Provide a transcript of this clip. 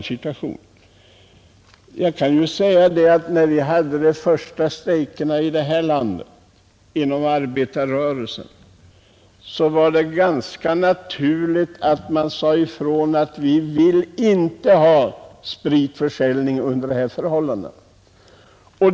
När vi inom arbetarrörelsen hade de första strejkerna i detta land, var det ganska naturligt att man sade ifrån att man inte ville ha spritförsäljning under dessa förhållanden.